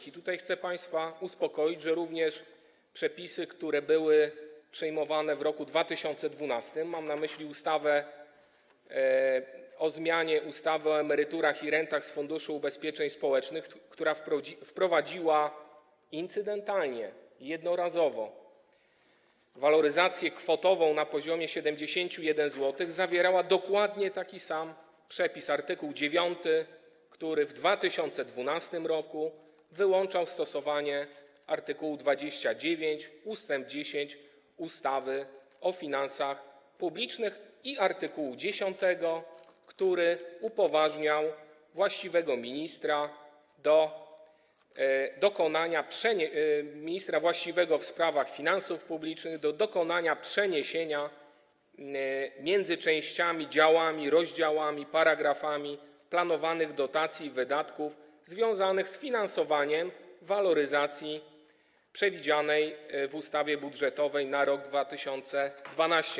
I tutaj chcę państwa uspokoić, że również przepisy, które były przyjmowane w roku 2012 - mam na myśli ustawę o zmianie ustawy o emeryturach i rentach z Funduszu Ubezpieczeń Społecznych, która wprowadziła incydentalnie, jednorazowo, waloryzację kwotową na poziomie 71 zł - zawierały dokładnie takie same przepisy: art. 9, który w 2012 r. wyłączał stosowanie art. 29 ust. 10 ustawy o finansach publicznych, i art. 10, który upoważniał ministra właściwego do spraw finansów publicznych do dokonania przeniesienia między częściami, działami, rozdziałami, paragrafami planowanych dotacji wydatków związanych z finansowaniem waloryzacji przewidzianej w ustawie budżetowej na rok 2012.